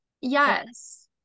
Yes